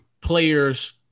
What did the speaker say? players